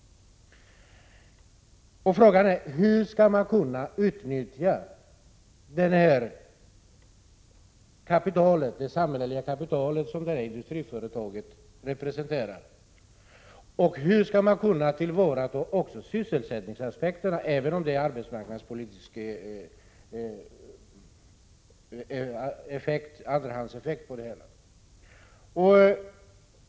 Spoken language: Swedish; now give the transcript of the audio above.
Frågan är: Hur skall man kunna utnyttja det samhälleliga kapital som det industriföretaget representerar, och hur skall man kunna tillvarata sysselsättningsintresset, även om de arbetsmarknadspolitiska konsekvenserna är en andrahandseffekt?